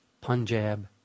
Punjab